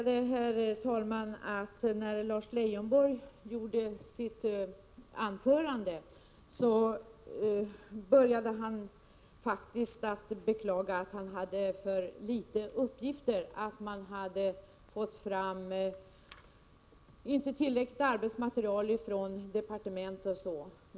Herr talman! Jag konstaterade att Lars Leijonborg började sitt anförande med att beklaga att han hade för litet uppgifter, att man inte hade fått fram tillräckligt med arbetsmaterial från departement osv.